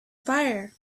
fire